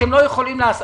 אם אתם לא יכולים לעשות